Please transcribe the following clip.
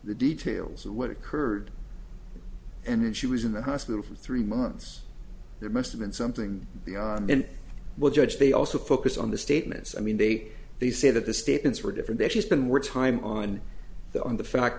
the details of what occurred and she was in the hospital for three months there must have been something in what judge they also focus on the statements i mean they they say that the statements were different actually spend more time on the on the fact